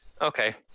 Okay